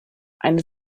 eine